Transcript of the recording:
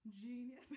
genius